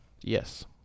Yes